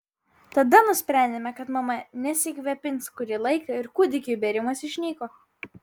tada nusprendėme kad mama nesikvėpins kurį laiką ir kūdikiui bėrimas išnyko